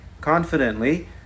confidently